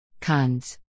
Cons